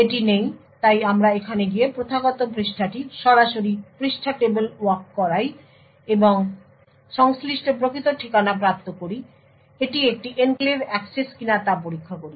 এটি নেই তাই আমরা এখানে গিয়ে প্রথাগত পৃষ্ঠাটি সরাসরি পৃষ্ঠা টেবিল ওয়াক করাই এবং সংশ্লিষ্ট প্রকৃত ঠিকানা প্রাপ্ত করি এবং এটি একটি এনক্লেভ অ্যাক্সেস কিনা তা পরীক্ষা করি